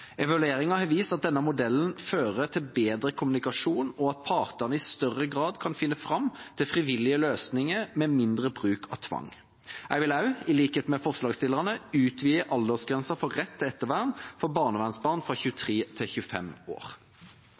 har vist at denne modellen fører til bedre kommunikasjon, og at partene i større grad kan finne fram til frivillige løsninger med mindre bruk av tvang. Jeg vil også, i likhet med forslagsstillerne, utvide aldersgrensen for rett til ettervern for barnevernsbarn fra 23 til 25 år.